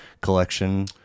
collection